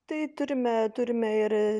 tai turime turime ir